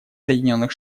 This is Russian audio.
соединенных